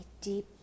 deep